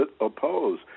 oppose